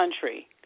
country